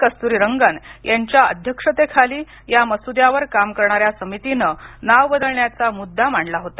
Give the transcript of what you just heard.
कस्तुरीरंगन यांच्या अध्यक्षतेखाली या मसुद्यावर काम करणाऱ्या समितीनं नाव बदलण्याचा मुद्दा मांडला होता